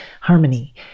harmony